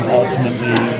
ultimately